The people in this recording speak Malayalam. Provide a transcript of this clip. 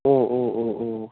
ഓ ഓ ഓ ഓ